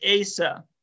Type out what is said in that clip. Asa